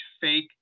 fake